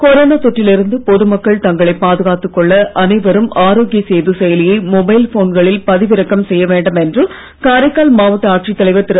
corona தொற்றில் இருந்து பொது மக்கள் தங்களை பாதுகாத்து கொள்ள அனைவரும் ஆரோக்கிய சேது செயலியை மொபைல் போன்களில் பதிவிறக்கம் செய்ய வேண்டும் என்று காரைக்கால் மாவட்ட ஆட்சித் தலைவர் திரு